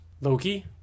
Loki